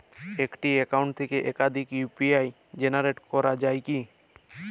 একটি অ্যাকাউন্ট থেকে একাধিক ইউ.পি.আই জেনারেট করা যায় কি?